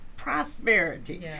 Prosperity